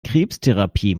krebstherapie